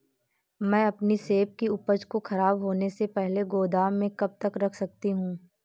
मैं अपनी सेब की उपज को ख़राब होने से पहले गोदाम में कब तक रख सकती हूँ?